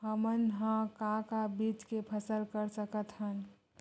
हमन ह का का बीज के फसल कर सकत हन?